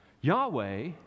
Yahweh